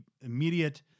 immediate